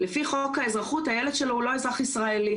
לפי חוק האזרחות הילד שלו הוא לא אזרח ישראלי,